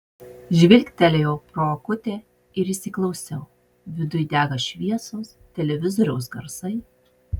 žvilgtelėjau pro akutę ir įsiklausiau viduj dega šviesos televizoriaus garsai